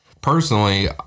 Personally